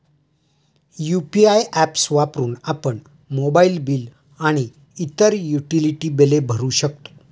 UPI apps वापरून आपण mobile bill आणि इतर युटिलिटी बिले भरू शकतो